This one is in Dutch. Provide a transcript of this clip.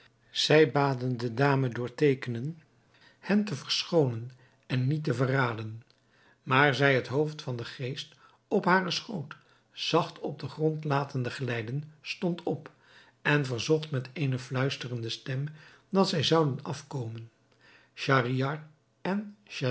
zij baden de dame door teekenen hen te verschoonen en niet te verraden maar zij het hoofd van den geest van haren schoot zacht op den grond latende glijden stond op en verzocht met eene fluisterende stem dat zij zouden afkomen schahriar en